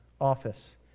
office